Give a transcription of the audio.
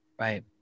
Right